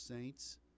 saints